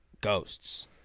ghosts